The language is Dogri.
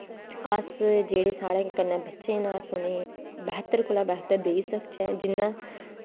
अस साढ़ै कन्नै जेह्ड़े बच्चे न अस उनें ई बेह्तर कोला बेह्तर देई सकचै जियां